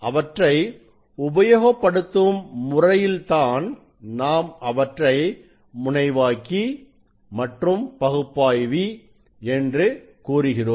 அவற்றை உபயோகப்படுத்தும் முறையில் தான் நாம் அவற்றை முனைவாக்கி மற்றும் பகுப்பாய்வி என்று கூறுகிறோம்